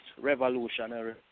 Revolutionary